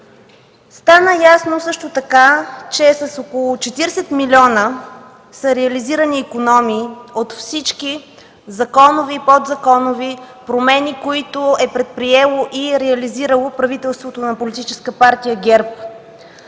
Стана ясно също така, че са реализирани икономии с около 40 милиона от всички законови и подзаконови промени, които е предприело и е реализирало правителството на Политическа партия ГЕРБ.